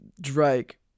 Drake